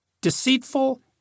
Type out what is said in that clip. Deceitful